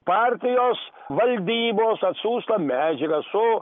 partijos valdybos atsiųsta medžiaga su